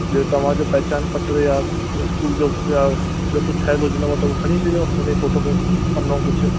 ॿियों तव्हांजो पहचान पत्र या इस्कूल जो या ॿियों कुझु ठहियल हुजेव त खणी अचिजो हुनजो फ़ोटो पनो कुझु